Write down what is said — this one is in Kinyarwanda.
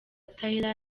tyler